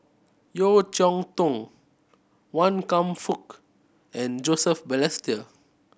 Yeo Cheow Tong Wan Kam Fook and Joseph Balestier